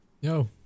Yo